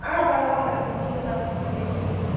ஆ பண்ணுவோம் மேம் உண்டு ma'am home டெலிவரியெலாம்